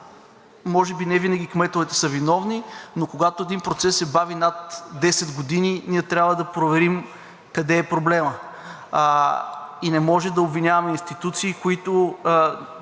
може би, не винаги кметовете са виновни, но когато един процес се бави над 10 години, ние трябва да проверим къде е проблемът и не може да обвиняваме институции, които